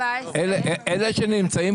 אלה שנמצאים